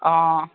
অঁ